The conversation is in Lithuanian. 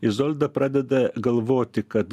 izolda pradeda galvoti kad